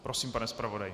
Prosím, pane zpravodaji.